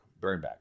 Burnback